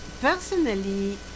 personally